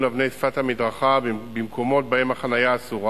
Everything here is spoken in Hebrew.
אבני שפת המדרכה במקומות שבהם החנייה אסורה